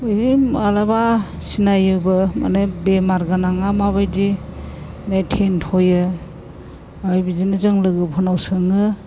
बे माब्लाबा सिनायोबो माने बेमार गोनाङा माबायदि बे थेन्थ'यो आरो बिदिनो जों लोगोफोरनाव सोङो